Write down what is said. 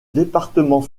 département